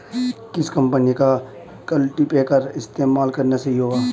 किस कंपनी का कल्टीपैकर इस्तेमाल करना सही होगा?